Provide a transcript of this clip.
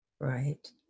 Right